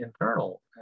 internal